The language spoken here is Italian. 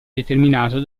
determinato